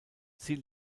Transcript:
sie